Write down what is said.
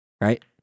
right